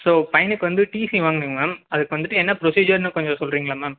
so பையனுக்கு வந்து TC வாங்கணுங்க மேம் அதுக்கு வந்துவிட்டு என்ன ப்ரொசீஜர்ன்னு கொஞ்சம் சொல்லுறீங்களா மேம்